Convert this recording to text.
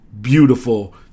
beautiful